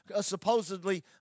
supposedly